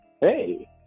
Hey